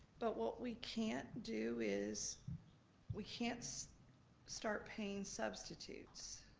but what we can't do is we can't start paying substitutes